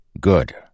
Good